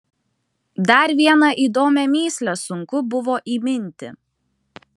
dar vieną įdomią mįslę sunku buvo įminti